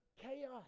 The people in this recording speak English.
chaos